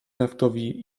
naftowi